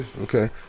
Okay